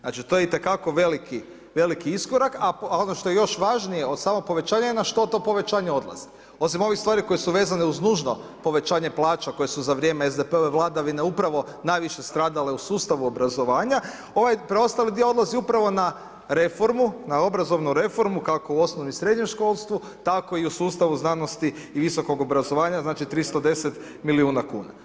Znači to je itekako veliki iskorak a ono što je još važnije od samog povećanje je na što to povećanje odlazi osim ovih stvari koje su vezane uz nužno povećanje plaća, koje su za vrijeme SDP-ove vladavine upravo najviše stradale u sustavu obrazovanja ovaj preostali dio odlazi upravo na reformu, na obrazovnu reformu kako u osnovnom i srednjem školstvu tako i u sustavu znanosti i visokog obrazovanja znači 310 milijuna kuna.